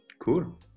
Cool